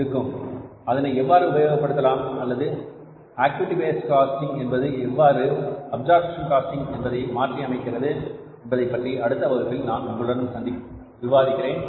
இருக்கும் அதனை எவ்வாறு உபயோகப்படுத்தலாம் அல்லது ஆக்டிவிட்டி பெஸ்ட் காஸ்டிங் என்பது எவ்வாறு அப்சர்ப்ஷன் காஸ்டிங் என்பதை மாற்றி அமைகிறது என்பதைப் பற்றி அடுத்த வகுப்பில் உங்களுடன் விவாதிக்கிறேன்